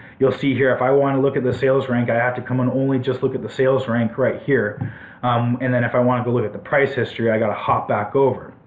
you'll see here if i want to look at the sales rank, i have to come and only just look at the sales rank right here and then if i want to go look at the price history, ive got to hop back over.